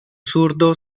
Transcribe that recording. zurdo